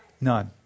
None